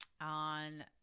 On